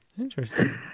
Interesting